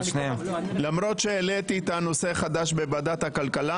למרות שהעליתי את הנושא החדש בוועדת הכלכלה,